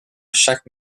chaque